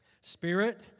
Spirit